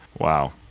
Wow